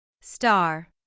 Star